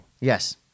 Yes